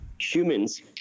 humans